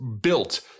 built